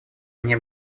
они